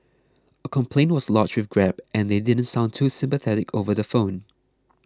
a complaint was lodged with grab and they didn't sound too sympathetic over the phone